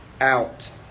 out